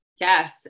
yes